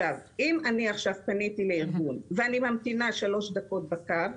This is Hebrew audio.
אם עכשיו פניתי לארגון ואני ממתינה שלוש דקות על הקו,